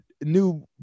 new